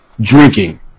drinking